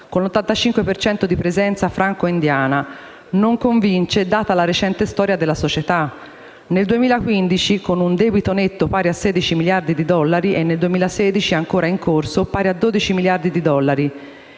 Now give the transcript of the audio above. cento di presenza franco-indiana, non convince data la recente storia della società (nel 2015 con un debito netto pari a 16 miliardi di dollari, e nel 2016, ancora in corso, pari a 12 miliardi di dollari).